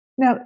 Now